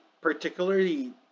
particularly